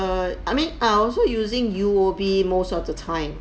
err I mean I also using U_O_B most of the time